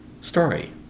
Story